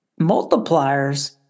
multipliers